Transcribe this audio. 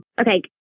Okay